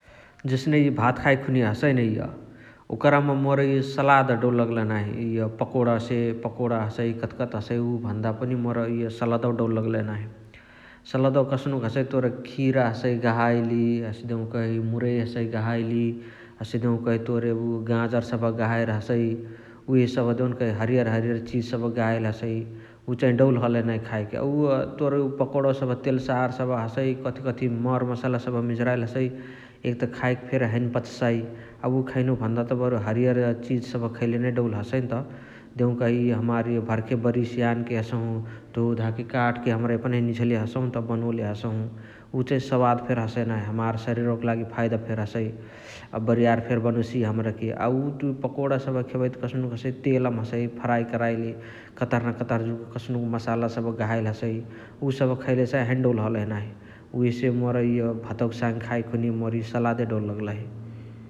जस्ने इअ भात खाए खुनिय हसइ न इअ ओकरमा मोर इअ सलाद डौल लगलही नाही इअ पकौणा से पकाउणा हसइ कथकथ हसइ भन्दा पनि मोर इअ सलदवा दौल लगलही नाही । सलदवा कस्नुक हसइ तोर खिरा हसइ गहाइली देउकही मुरइ हसइ गहाइली । हसे देउकही तोर एबे उअ गाजर सबह गहाइली रहसाइ । उहे सबह देउनकही हरियर हरियर चिज सबह गहाइली हसइ । उ चाही डौल हलही नाही खाएके । अ उअ तोर पकोणवा सबह तेल्सार सबह हसइ कथकथी मर मसाला मिझराइली हसइ एक त खाएके फेरी हैने पचसाइ । अ उअ खैनु भन्दा त बरु हरियर चिज सबह खैले नै डौल हसइनत । देउकही इअ हमार इअ भर्खे बारीयसे यानके हसहु धोधाके कातके हमरा एपनही निझले हसहुनत बनोले हसहु । उ चाही सवाद फेरी हसइ नाही । हमार सरिरवका लागी फाइद फेरी हसइ अ बारीयार फेरी बनोसिय हमराके । अ उअ तुइ पकोणा सबह खेबही त कस्नुक हसइ तेलामा हसइ फ्राइ कराइली । कतहर न कतहर जुग कसनुक मसला सबह गहाइल हसइ । उ सबह खैले चाही हैने डौल हलही नाही । उहेसे मोर इअ भतवका साङे खाए खुनिया मोर इ सलादे डौल लगलही ।